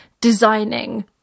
designing